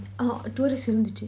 uh tourists இருந்துச்சி:irunthuchi